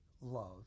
love